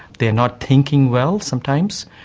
they are not thinking well sometimes,